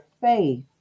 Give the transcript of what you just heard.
faith